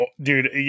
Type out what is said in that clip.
dude